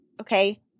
okay